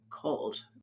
cold